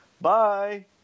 Bye